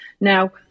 now